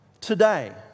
today